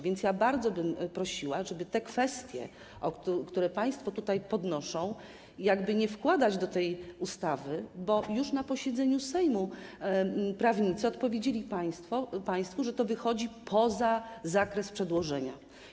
Więc ja bardzo bym prosiła, żeby kwestii, które państwo podnoszą, jakby nie wkładać do tej ustawy, bo już na posiedzeniu Sejmu prawnicy odpowiedzieli państwu, że to wychodzi poza zakres przedłożenia.